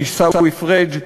עיסאווי פריג',